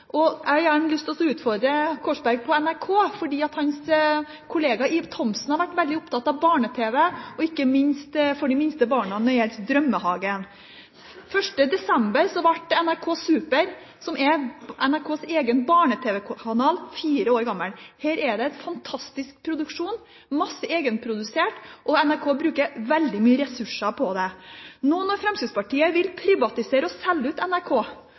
Jeg vil gjerne utfordre Korsberg om NRK, for hans kollega Ib Thomsen har vært veldig opptatt av barne-tv, ikke minst programmet for de minste barna, Drømmehagen. 1. desember ble NRK Super, som er NRKs egen barne-tv-kanal fire år. Her er det en fantastisk produksjon – masse egenprodusert – og NRK bruker veldig mye ressurser på det. Nå når Fremskrittspartiet vil privatisere og selge ut NRK,